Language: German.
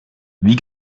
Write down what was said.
wie